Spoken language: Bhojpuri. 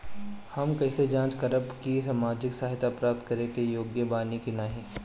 हम कइसे जांच करब कि सामाजिक सहायता प्राप्त करे के योग्य बानी की नाहीं?